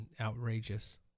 outrageous